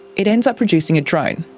it ends up producing a drone.